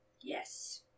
Yes